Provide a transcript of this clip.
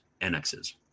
annexes